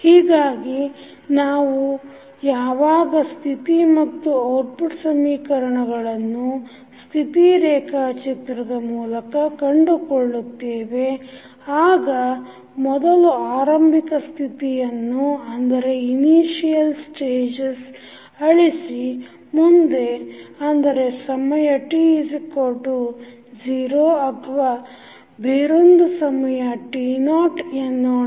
ಹೀಗಾಗಿ ನಾವು ಯಾವಾಗ ಸ್ಥಿತಿ ಮತ್ತು ಔಟ್ಪುಟ್ ಸಮೀಕರಣಗಳನ್ನು ಸ್ಥಿತಿ ರೇಖಾಚಿತ್ರದ ಮೂಲಕ ಕಂಡುಕೊಳ್ಳುತ್ತೇವೆ ಆಗ ಮೊದಲು ಆರಂಭಿಕ ಸ್ಥಿತಿಯನ್ನು ಅಳಿಸಿ ಅಂದರೆ ಸಮಯ t 0 ಅಥವಾ ಬೇರೊಂದು ಸಮಯ t0 ಎನ್ನೋಣ